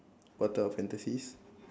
what type of fantasies